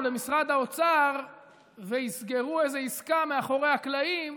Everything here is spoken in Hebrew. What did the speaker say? למשרד האוצר ויסגרו איזו עסקה מאחורי הקלעים,